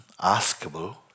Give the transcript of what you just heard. askable